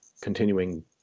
continuing